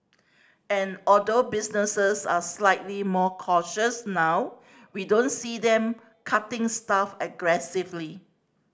and although businesses are slightly more cautious now we don't see them cutting staff aggressively